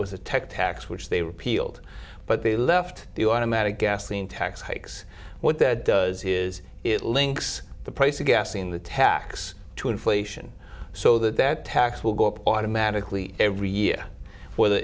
was a tech tax which they repealed but they left the automatic gasoline tax hikes what that does is it links the price of gas in the tax to inflation so that that tax will go up automatically every year